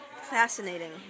fascinating